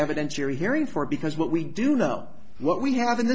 evidence you're hearing for because what we do know what we have